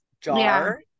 jar